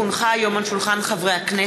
כי הונחה היום על שולחן הכנסת,